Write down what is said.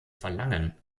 verlangen